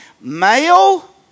male